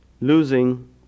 losing